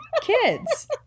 kids